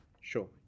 sure